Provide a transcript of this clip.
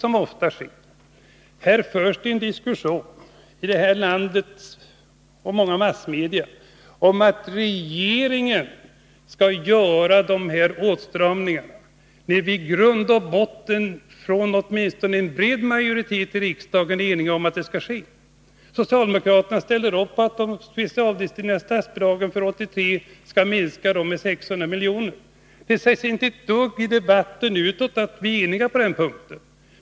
Det förs här i landet, bl.a. i massmedia, en diskussion om att regeringen gör de här åtstramningarna, när i grund och botten en bred majoritet i riksdagen är enig om att det skall ske. Socialdemokraterna ställer upp på att de specialdestinerade statsbidragen för 1983 skall minska med 600 miljoner. Det sägs inte ett dugg i debatten utåt om att vi är eniga på den punkten.